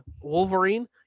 Wolverine